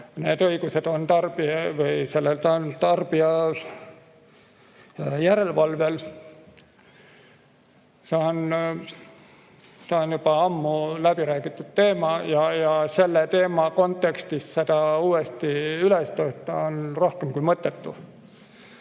Need õigused on tarbija[kaitsel] ja [tehnilisel] järelevalvel. See on juba ammu läbi räägitud teema ja selle eelnõu kontekstis seda uuesti üles tõsta on rohkem kui mõttetu.